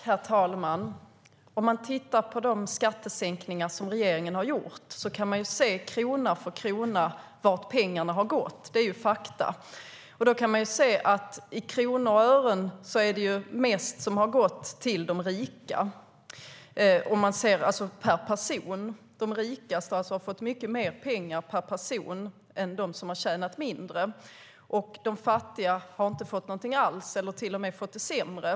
Herr talman! Om man tittar på de skattesänkningar som regeringen har gjort kan man se, krona för krona, vart pengarna har gått. Det är fakta. Man kan se att i kronor och ören har mest gått till de rika. De rikaste har fått mycket mer pengar per person än de som har tjänat mindre, och de fattiga har inte fått något alls eller till och med fått det sämre.